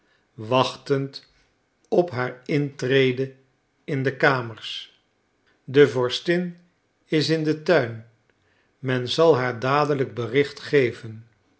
wachtend op haar intrede in de kamers de vorstin is in den tuin men zal haar dadelijk bericht geven